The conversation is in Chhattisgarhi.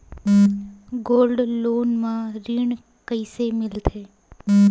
गोल्ड लोन म ऋण कइसे मिलथे?